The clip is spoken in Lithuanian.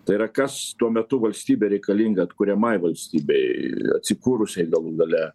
tai yra kas tuo metu valstybei reikalinga atkuriamai valstybei atsikūrusiai galų gale